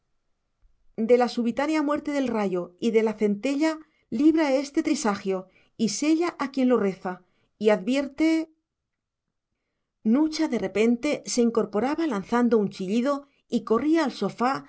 de la subitánea muerte del rayo y de la centella libra este trisagio y sella a quien lo reza y advierte nucha de repente se incorporaba lanzando un chillido y corría al sofá